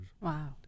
Wow